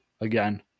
again